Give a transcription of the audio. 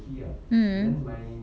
mmhmm